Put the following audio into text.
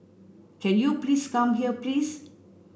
can you please come here please